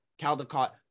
Caldecott